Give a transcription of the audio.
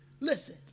Listen